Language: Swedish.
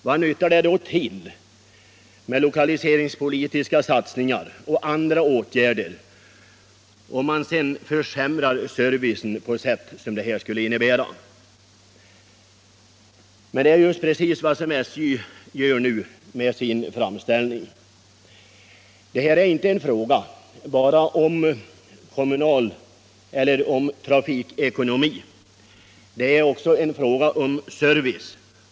Vad nyttar det till med lokaliseringspolitiska satsningar och andra åtgärder, om man försämrar servicen på det sätt som blir fallet om SJ:s framställning bifalles? Detta är inte bara en fråga om trafikekonomi — det är också en fråga om service.